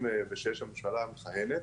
הממשלה המכהנת,